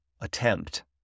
attempt